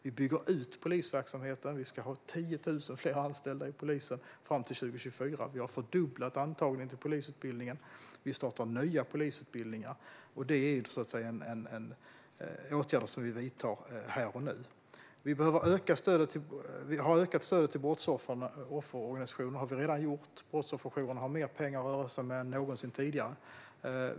Vi bygger ut polisverksamheten. Vi ska ha 10 000 fler anställda inom polisen fram till 2024. Vi har fördubblat antagningen till polisutbildningen, och vi startar nya polisutbildningar. Detta är åtgärder som vi vidtar här och nu. Vi har redan ökat stödet till brottsofferorganisationerna. Brottsofferjourerna har mer pengar att röra sig med än någonsin tidigare.